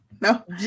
no